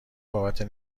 بابت